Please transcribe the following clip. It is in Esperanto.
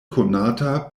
konata